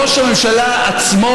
ראש הממשלה עצמו,